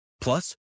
Plus